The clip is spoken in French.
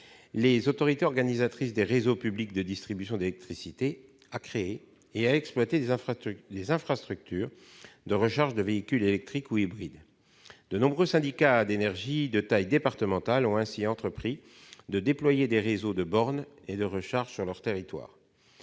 les autorités organisatrices des réseaux publics de distribution d'électricité, à créer et à exploiter des infrastructures de recharge de véhicules électriques ou hydrides. De nombreux syndicats d'énergie de taille départementale ont ainsi entrepris de déployer des réseaux de bornes de recharge sur leur territoire.